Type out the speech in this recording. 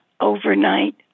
overnight